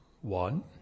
one